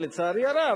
לצערי הרב,